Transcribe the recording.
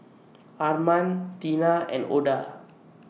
Arman Tina and Oda